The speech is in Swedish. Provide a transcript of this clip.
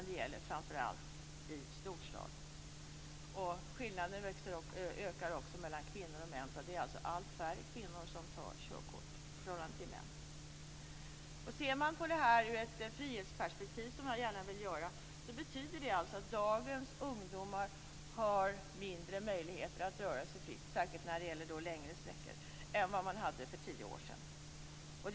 Det gäller framför allt i storstad. Skillnaden ökar också mellan kvinnor och män. Det är allt färre kvinnor som tar körkort i förhållande till antalet män. Ser man på detta ur ett frihetsperspektiv, som jag gärna vill göra, ser man att det betyder att dagens ungdomar har mindre möjligheter att röra sig fritt, särskilt när det gäller längre sträckor, än vad ungdomar hade för tio år sedan.